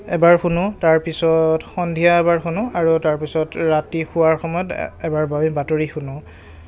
এবাৰ শুনো তাৰপিছত সন্ধিয়া এবাৰ শুনো আৰু তাৰপিছত ৰাতি শোৱাৰ সময়ত এবাৰ বা আমি বাতৰি শুনো